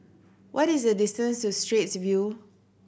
what is the distance to Straits View